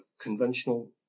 conventional